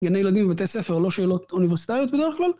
גני ילדים ובתי ספר לא שאלות אוניברסיטאיות בדרך כלל